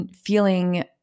feeling